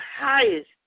highest